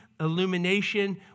illumination